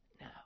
now